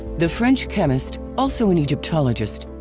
the french chemist, also an egyptologist,